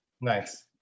Nice